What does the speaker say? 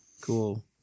cool